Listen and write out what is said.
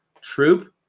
troop